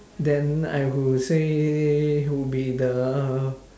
then I would say would be the